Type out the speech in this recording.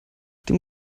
dem